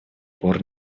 пор